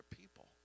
people